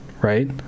right